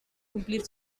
cumplir